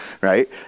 right